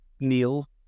Neil